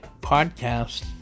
podcast